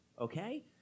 okay